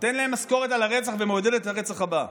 נותנת להם משכורת על הרצח ומעודדת את הרצח הבא.